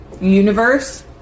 universe